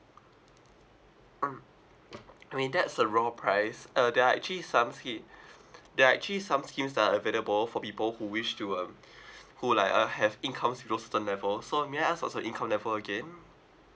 mm I mean that's a raw price uh there are actually some scheme there are actually some schemes that are available for people who wish to um who like uh have incomes close to the level so may I ask what's your income level again